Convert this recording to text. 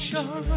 Sure